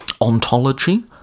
Ontology